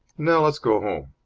now let's go home.